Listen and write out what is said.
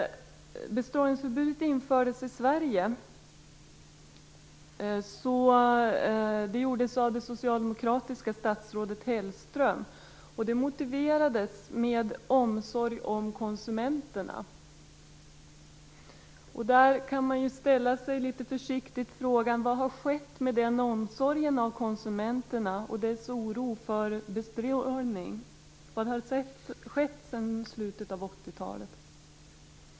Bestrålningsförbudet infördes i Sverige under det socialdemokratiska statsrådet Hellström, och det motiverades med omsorg om konsumenterna. Man kan litet försiktigt ställa sig frågan vad som har skett med den omsorgen om konsumenterna och hänsynen till deras oro för bestrålningen. Vad har skett sedan slutet av 80-talet?